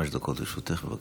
לרשותך חמש דקות, בבקשה.